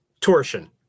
torsion